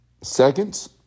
seconds